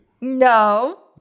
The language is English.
No